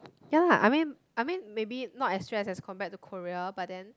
ya I mean I mean maybe not as stress as compared to Korea but then